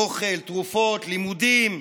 אוכל, תרופות, לימודים,